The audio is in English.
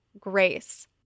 grace